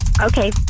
Okay